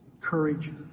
courage